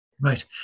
Right